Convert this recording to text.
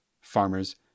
farmers